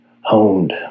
honed